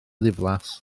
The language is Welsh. ddiflas